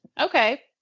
Okay